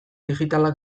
digitala